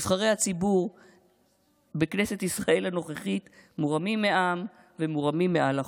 נבחרי הציבור בכנסת ישראל הנוכחית מורמים מעם ומורמים מעל החוק,